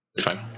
fine